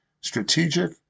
Strategic